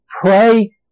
pray